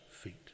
feet